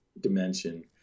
dimension